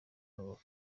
ngo